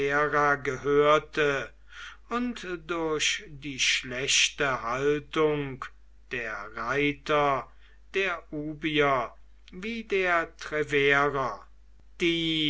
gehörte und durch die schlechte haltung der reiter der ubier wie der treverer die